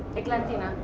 englatina.